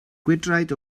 gwydraid